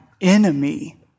enemy